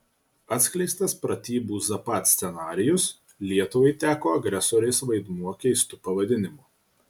atskleistas pratybų zapad scenarijus lietuvai teko agresorės vaidmuo keistu pavadinimu